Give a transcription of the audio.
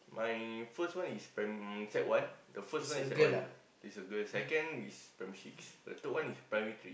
my first one is pri~ sec one the first one is sec one is a girl second is primary six the third one is primary three